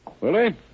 Willie